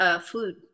food